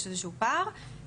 יש איזשהו פער.